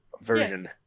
version